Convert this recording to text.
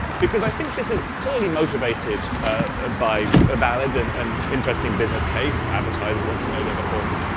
because i think this is clearly motivated ah by a valid and and interesting business case, advertisers want to know their performance,